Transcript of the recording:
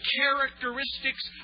characteristics